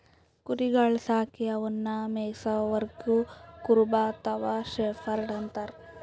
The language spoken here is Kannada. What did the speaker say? ಕುರಿಗೊಳ್ ಸಾಕಿ ಅವನ್ನಾ ಮೆಯ್ಸವರಿಗ್ ಕುರುಬ ಅಥವಾ ಶೆಫರ್ಡ್ ಅಂತಾರ್